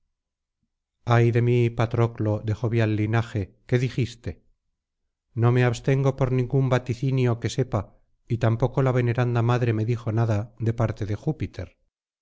ay de mí patroclo de jovial linaje qué dijiste no me abstengo por ningún vaticinio que sepa y tampoco la veneranda madre me dijo nada de parte de júpiter